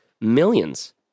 millions